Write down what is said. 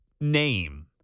name